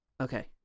Okay